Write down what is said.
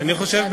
אני חושב,